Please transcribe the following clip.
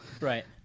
Right